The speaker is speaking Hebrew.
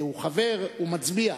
הוא חבר, הוא מצביע,